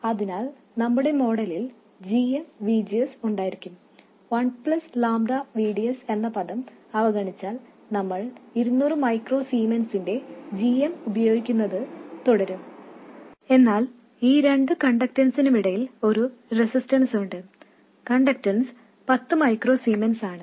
അതിനാൽ നമ്മുടെ മോഡലിൽ g m V G S ഉണ്ടായിരിക്കും 1 ƛ V D S പദം അവഗണിച്ചാൽ നമ്മൾ 200 മൈക്രോ സീമെൻസിന്റെ g m ഉപയോഗിക്കുന്നത് തുടരും എന്നാൽ ഈ രണ്ടു കണ്ടക്ടൻസിനുമിടയിൽ ഒരു റെസിസ്റ്ററുണ്ട് കണ്ടക്ടൻസ് 10 മൈക്രോ സീമെൻസ് ആണ്